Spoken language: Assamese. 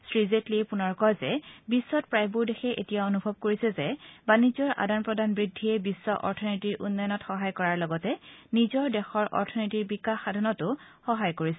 শ্ৰীজেটলীয়ে পুনৰ কয় যে বিশ্বত প্ৰায়বোৰ দেশে এতিয়া অনুভৱ কৰিছে যে বানিজ্যৰ আদান প্ৰদান বৃদ্ধিয়ে বিশ্ব অথনীতিৰ উন্নয়নত সহায় কৰাৰ লগতে নিজৰ দেশৰ অথনীতিতো উন্নত কৰাত সহায় হৈছে